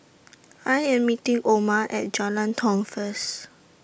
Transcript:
I Am meeting Oma At Jalan Tiong First